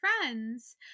friends